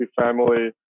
family